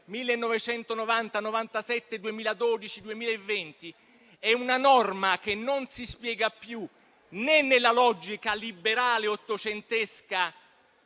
1997, 2012, 2020) è una norma che non si spiega più né nella logica liberale ottocentesca